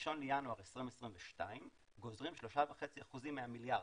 ב-1 בינואר 2022 גוזרים 3.5% מהמיליארד,